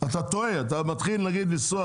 אתה טועה, אתה מתחיל נגיד לנסוע